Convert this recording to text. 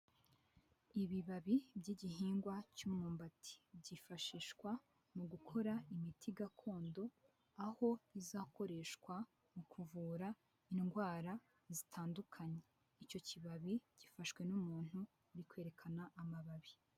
Ibibabi by'igihingwa cy'umwumbati byifashishwa mu gukora imiti gakondo aho izakoreshwa mu kuvura indwara zitandukanye, icyo kibabi gifashwe n'umuntu bi kwerekana amababi.